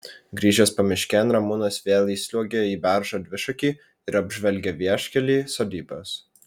grįžęs pamiškėn ramūnas vėl įsliuogia į beržo dvišakį ir apžvelgia vieškelį sodybas